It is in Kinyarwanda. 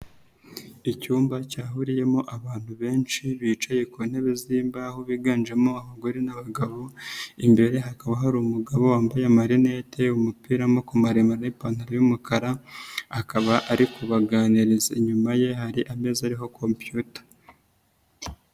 Icyumba cyahuriyemo abantu benshi bicaye ku ntebe z'imbaho biganjemo abagore n'abagabo, imbere hakaba hari umugabo wambaye amarinete, umupira w'amaboko maremare n'ipantaro y'umukara akaba ari kubaganiriza, inyuma ye hari ameza ariho kompiyuta.